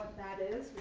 that is?